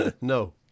No